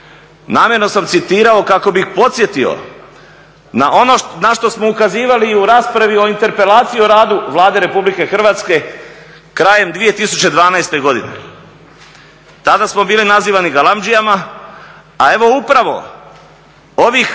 Namjerno sam citirao kako bih podsjetio na ono na što smo ukazivali i u raspravi o interpelaciji o radu Vlade Republike Hrvatske krajem 2012. godine. Tada smo bili nazivani galamdžijama, a evo upravo ovih